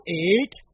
eight